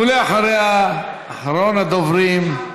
ואחריה, אחרון הדוברים,